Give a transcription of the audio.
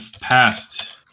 past